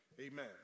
Amen